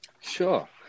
Sure